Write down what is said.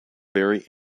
very